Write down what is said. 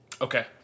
Okay